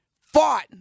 fought